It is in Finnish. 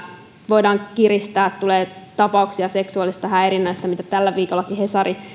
voidaan kiristää tulee tapauksia seksuaalisesta häirinnästä joita tälläkin viikolla hesari